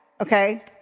Okay